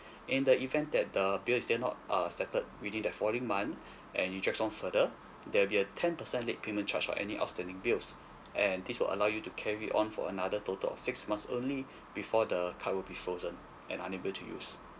in the event that the bills is still not uh settled within the following month and you drags on further there'll be a ten percent late payment charge on any outstanding bills and this will allow you to carry on for another total of six months only before the card will be frozen and unable to use